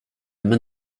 men